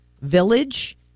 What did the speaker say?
village